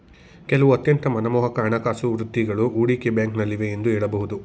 ಕೆಲವು ಅತ್ಯಂತ ಮನಮೋಹಕ ಹಣಕಾಸು ವೃತ್ತಿಗಳು ಹೂಡಿಕೆ ಬ್ಯಾಂಕ್ನಲ್ಲಿವೆ ಎಂದು ಹೇಳಬಹುದು